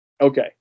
Okay